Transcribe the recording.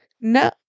No